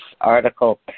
article